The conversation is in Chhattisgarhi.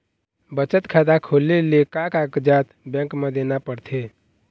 बचत खाता खोले ले का कागजात बैंक म देना पड़थे?